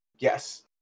yes